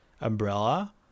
umbrella